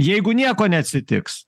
jeigu nieko neatsitiks